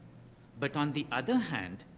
but on the other hand,